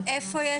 איפה?